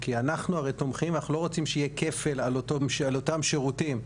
כי אנחנו הרי תומכים ואנחנו לא רוצים שיהיה כפל על אותם שירותים,